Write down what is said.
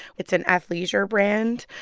it's an athleisure brand.